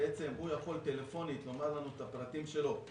הוא יכול טלפונית לומר לנו את הפרטים שלו.